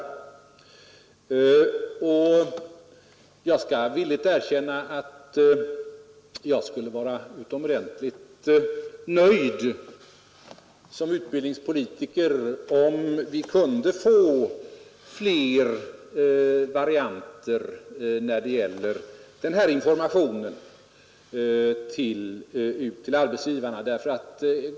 Jag skall villigt erkänna att jag skulle vara utomordentligt nöjd som utbildningspolitiker, om vi kunde få fler varianter av denna information till arbetsgivarna.